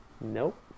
Nope